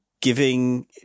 giving